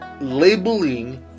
Labeling